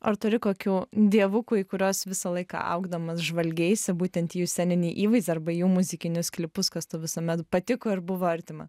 ar turi kokių dievukų į kuriuos visą laiką augdamas žvalgeisi būtent į jų sceninį įvaizdį arba į jų muzikinius klipus kas tau visuomet patiko ir buvo artima